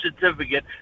certificate